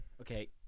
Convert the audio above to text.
Okay